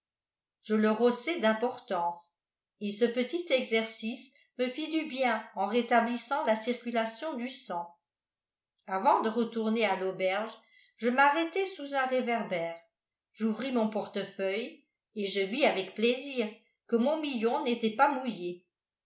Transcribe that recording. je le rossai d'importance et ce petit exercice me fit du bien en rétablissant la circulation du sang avant de retourner à l'auberge je m'arrêtai sous un réverbère j'ouvris mon portefeuille et je vis avec plaisir que mon million n'était pas mouillé